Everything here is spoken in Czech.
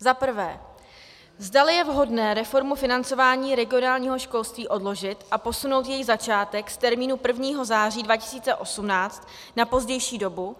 Za prvé, zdali je vhodné reformu financování regionálního školství odložit a posunout její začátek z termínu 1. září 2018 na pozdější dobu.